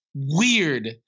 Weird